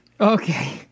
Okay